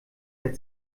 der